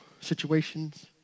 situations